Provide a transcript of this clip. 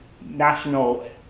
national